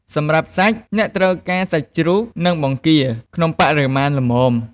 សម្រាប់សាច់ អ្នកត្រូវការ សាច់ជ្រូក និង បង្គា ក្នុងបរិមាណល្មម។